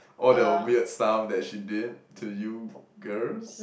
all the weird stuff that she did to you girls